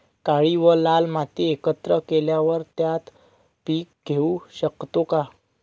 काळी व लाल माती एकत्र केल्यावर त्यात पीक घेऊ शकतो का?